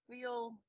feel